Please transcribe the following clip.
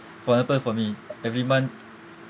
for example for me every month